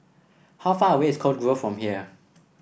how far away is Cove Grove from here